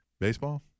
Baseball